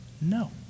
No